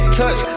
touch